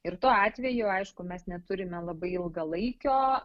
ir tuo atveju aišku mes neturime labai ilgalaikio